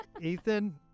Ethan